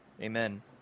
Amen